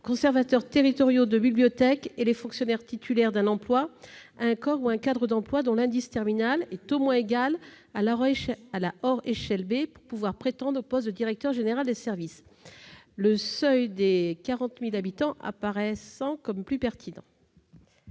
conservateurs territoriaux de bibliothèques et aux fonctionnaires titulaires d'un emploi à un corps ou à un cadre d'emplois dont l'indice terminal est au moins égal à la hors échelle B pour pouvoir prétendre au poste de directeur général des services. Le seuil de 40 000 habitants apparaît comme plus pertinent.